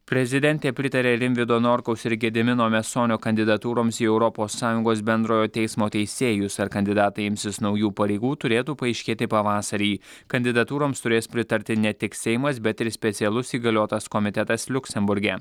prezidentė pritarė rimvydo norkaus ir gedimino mesonio kandidatūroms į europos sąjungos bendrojo teismo teisėjus ar kandidatai imsis naujų pareigų turėtų paaiškėti pavasarį kandidatūroms turės pritarti ne tik seimas bet ir specialus įgaliotas komitetas liuksemburge